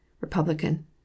Republican